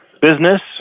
business